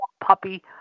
puppy